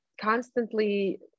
constantly